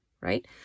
right